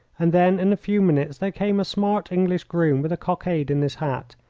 and then in a few minutes there came a smart english groom with a cockade in his hat,